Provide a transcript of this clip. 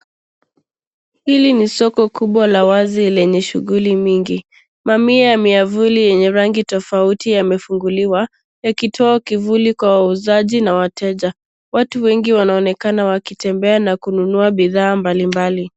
Hili ni soko kubwa la wazi lenye shughuli mingi , mamia ya miavuli yenye rangi tofauti yamefunguliwa yakitoa kivuli kwa wauzaji na wateja, watu wengi wanaonekana wakitembea na kununua bidhaa mbalimbali.